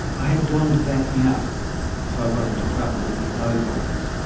i had don to back me up if i got into trouble with the ovines.